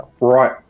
Right